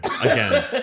again